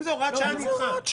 אם זה הוראת שעה,